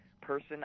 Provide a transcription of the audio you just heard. person